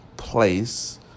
Place